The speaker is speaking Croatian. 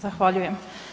Zahvaljujem.